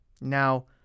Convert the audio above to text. Now